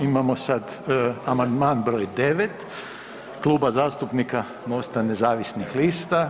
Imamo sad amandman br. 9 Kluba zastupnika Mosta nezavisnih lista.